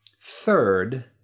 Third